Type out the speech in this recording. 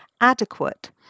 adequate